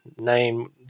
name